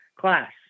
class